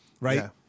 Right